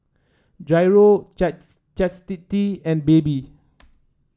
Jairo Chastity and Baby